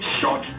short